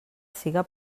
siga